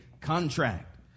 contract